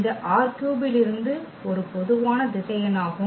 இந்த ℝ3 இலிருந்து ஒரு பொதுவான திசையன் ஆகும்